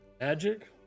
Magic